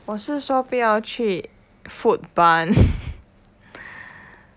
我是说不要去 food barn